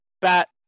bat